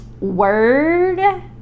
Word